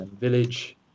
village